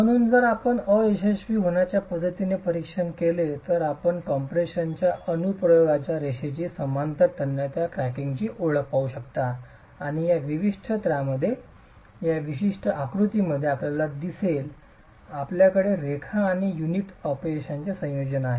म्हणून जर आपण अयशस्वी होण्याच्या पद्धतीचे परीक्षण केले तर आपण कंप्रेशनच्या अनुप्रयोगाच्या रेषेशी समांतर तन्यता क्रॅकिंगची ओळ पाहू शकता आणि या विशिष्ट चीत्रा मध्ये या विशिष्ट आकृतीमध्ये आपल्याला दिसेल आपल्याकडे रेखा आणि युनिट अपयशाचे संयोजन आहे